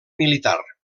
militar